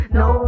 no